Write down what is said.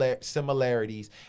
similarities